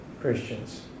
Christians